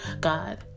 God